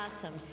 Awesome